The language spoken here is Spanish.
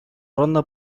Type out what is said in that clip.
ronda